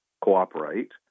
cooperate